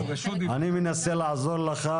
אני מנסה לעזור לך